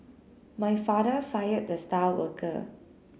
my father fired the star worker